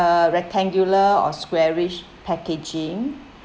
uh rectangular or squarish packaging